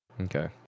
Okay